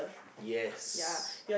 yes